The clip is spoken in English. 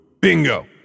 Bingo